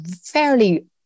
fairly